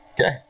Okay